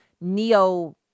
neo